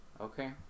Okay